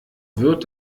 wird